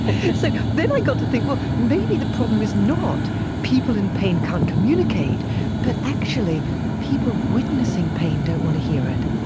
like then i got to think, well, maybe the problem is not people in pain can't communicate but actually people witnessing pain don't want to hear it.